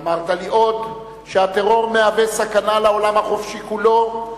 אמרת לי עוד שהטרור מהווה סכנה לעולם החופשי כולו,